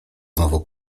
znowu